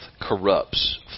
corrupts